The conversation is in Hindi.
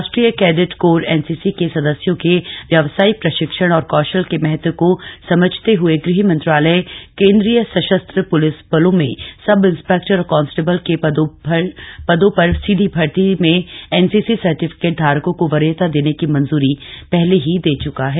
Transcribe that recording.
राष्ट्रीयकेडेट कोर एनसीसी के सदस्यों के व्यावसायिक प्रशिक्षण और कौशल के महत्व को समझते हएगृह मंत्रालय केंद्रीय सशस्त्र प्लिस बलों में सब इंस्पेक्टर और कांस्टेबल के पदोंपर सीधी भर्ती में एनसीसी सर्टिफिकेट धारकों को वरीयता देने की मंजूरी पहले ही दे च्का है